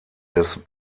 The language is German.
des